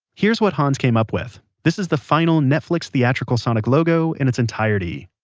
here's what hans came up with. this is the final netflix theatrical sonic logo in its entirety